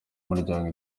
imiryango